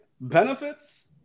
Benefits